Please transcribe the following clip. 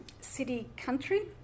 city-country